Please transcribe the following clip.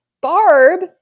barb